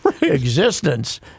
existence